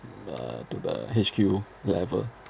uh to the H_Q level